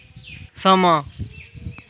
समां